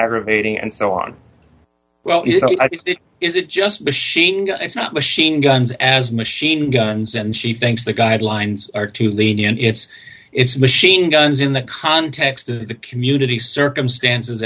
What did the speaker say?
aggravating and so on well i think it is it just machine machine guns as machine guns and she thinks the guidelines are too lenient it's it's machine guns in the context of the community circumstances